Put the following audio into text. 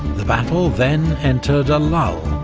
the battle then entered lull,